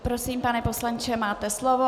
Prosím, pane poslanče, máte slovo.